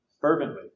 Fervently